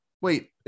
wait